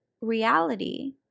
reality